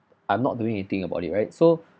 I'm not doing anything about it right so